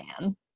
man